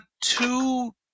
two